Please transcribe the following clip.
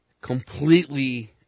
completely